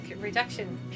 reduction